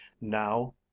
now